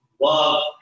love